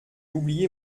oublié